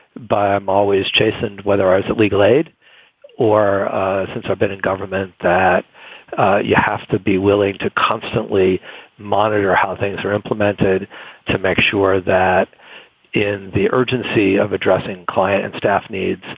i'm always chastened whether i was at legal aid or since i've been in government, that you have to be willing to constantly monitor how things are implemented to make sure that in the urgency of addressing client and staff needs,